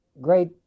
great